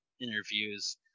interviews